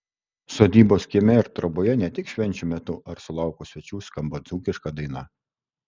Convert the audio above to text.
sodybos kieme ir troboje ne tik švenčių metu ar sulaukus svečių skamba dzūkiška daina